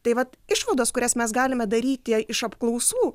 tai vat išvados kurias mes galime daryti iš apklausų